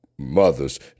mothers